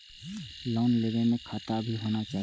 Loan लेबे में खाता भी होना चाहि?